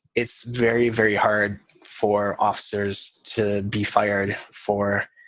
it's very, very hard for officers to be fired for